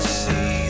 see